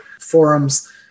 forums